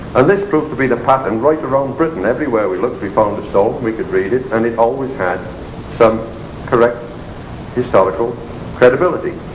and this proved to be the pattern right around britain, everywhere we looked we found a stone we could read it and it always had some correct historical credibility.